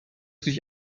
sich